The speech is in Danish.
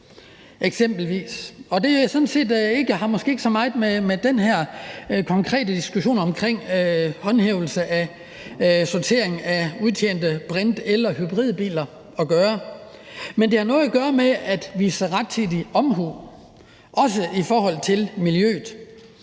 Det har måske ikke så meget med den her konkrete diskussion omkring håndhævelse af sortering af udtjente brint- eller hybridbiler at gøre, men det har noget at gøre med at vise rettidig omhu, også i forhold til miljøet.